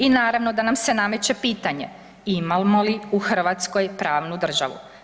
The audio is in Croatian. I naravno da nam se nameće pitanje, imamo li u Hrvatskoj pravnu državu?